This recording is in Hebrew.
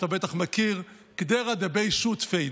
אתה בטח מכיר: קְדֵרָה דְּבֵי שׁוּתָפֵי,